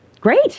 Great